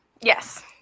Yes